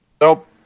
Nope